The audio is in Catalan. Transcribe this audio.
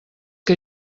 que